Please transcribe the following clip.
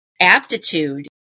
aptitude